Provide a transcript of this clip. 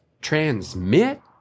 transmit